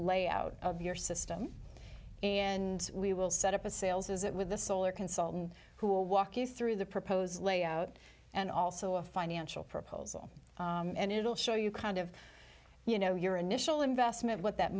layout of your system and we will set up a sales is it with the solar consultant who will walk you through the proposed layout and also a financial proposal and it'll show you kind of you know your initial investment what that